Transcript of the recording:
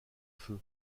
feu